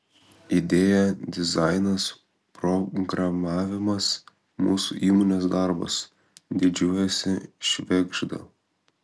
idėja dizainas programavimas mūsų įmonės darbas didžiuojasi švėgžda